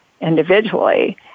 individually